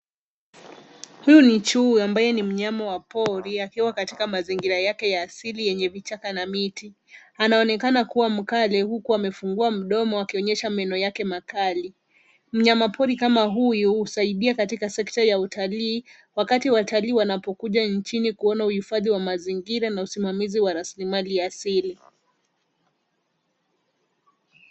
Huyu ni chui ambaye ni mnyama wa pori akiwa katika mazingira yake ya asili yenye vichaka na miti. Anaonekana kuwa mkali huku amefungua mdomo akionyesha meno yake makali. Mnyamapori kama huyu husaidia katika sekta ya utalii wakati watalii wanapokuja nchini kuona uhifadhi wa mazingira na usimamizi wa rasilimali ya asili.